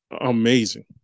amazing